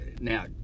Now